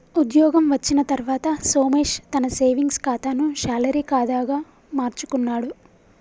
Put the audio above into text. ఉద్యోగం వచ్చిన తర్వాత సోమేశ్ తన సేవింగ్స్ కాతాను శాలరీ కాదా గా మార్చుకున్నాడు